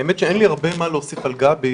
האמת שאין לי הרבה מה להוסיף על גבי,